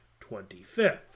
25th